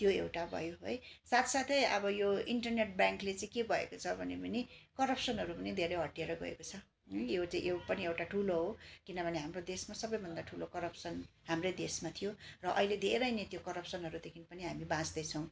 त्यो एउटा भयो है साथ साथै अब यो इन्टरनेट ब्याङ्कले चाहिँ के भएको छ भन्यो भने करप्सनहरू पनि धेरै हटेर गएको छ यो चाहिँ यो पनि एउटा टुल हो किनभने हाम्रो देशमा सबैभन्दा ठुलो करप्सन हाम्रै देशमा थियो र अहिले धेरै नै त्यो करप्सनहरूदेखि पनि हामी बाँच्दैछौँ